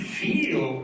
feel